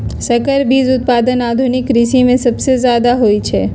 संकर बीज उत्पादन आधुनिक कृषि में सबसे जादे होई छई